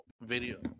video